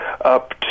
up